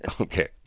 Okay